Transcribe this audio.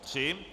3.